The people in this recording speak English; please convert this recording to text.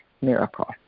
miracle